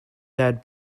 dad